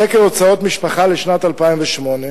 בסקר הוצאות משפחה לשנת 2008,